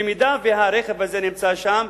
במידה שהרכב הזה נמצא שם,